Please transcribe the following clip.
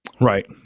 Right